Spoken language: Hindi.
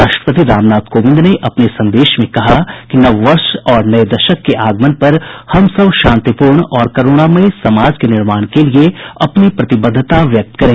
राष्ट्रपति रामनाथ कोविंद ने अपने संदेश में कहा कि नववर्ष और नए दशक के आगमन पर हम सब शांतिपूर्ण और करुणामय समाज के निर्माण के लिए अपनी प्रतिबद्धता व्यक्त करें